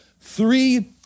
three